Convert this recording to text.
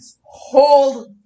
hold